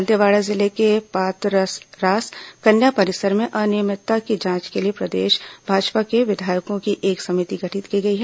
दंतेवाड़ा जिले के पातररास कन्या परिसर में अनियमितता की जांच के लिए प्रदेश भाजपा ने विधायकों की एक समिति गठित की है